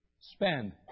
spend